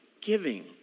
giving